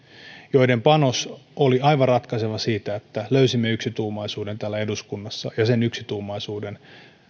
joiden panos oli aivan ratkaiseva siinä että löysimme yksituumaisuuden täällä eduskunnassa sen yksituumaisuuden